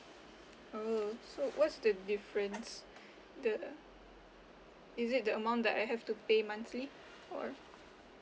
oh so what's the difference the is it the amount that I have to pay monthly or